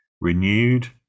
renewed